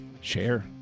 Share